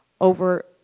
over